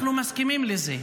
אנחנו מסכימים לזה,